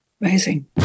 amazing